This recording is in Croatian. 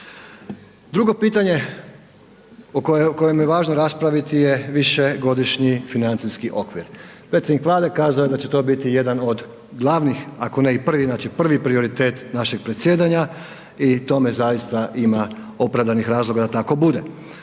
Drugo pitanje o kojem je važno raspraviti je višegodišnji financijski okvir. Predsjednik Vlade kazao je da će to biti jedan od glavnih ako ne i prvi, znači prvi prioritet našeg predsjedanja i tome zaista ima opravdanih razloga ako bude.